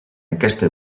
aquesta